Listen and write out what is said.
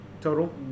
total